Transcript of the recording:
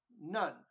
None